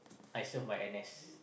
I serve my N_S